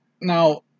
Now